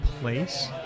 place